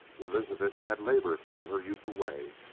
elizabeth had labored all her youth away.